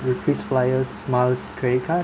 with krisflyers miles credit card